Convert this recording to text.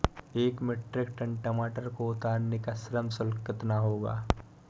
एक metric tonne टमाटर को उतारने का श्रम शुल्क कितना होगा?